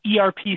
ERP